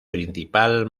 principal